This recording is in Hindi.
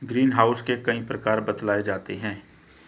ग्रीन हाउस के कई प्रकार बतलाए जाते हैं